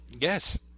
Yes